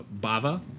Bava